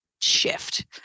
shift